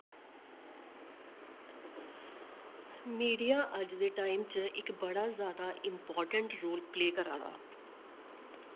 media अज दे time च इक बड़ा जैदा इम्पोर्टेन्ट रोल प्ले करा दा